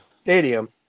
stadium